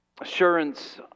Assurance